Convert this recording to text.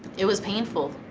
it was painful.